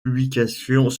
publications